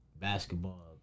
basketball